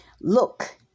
Look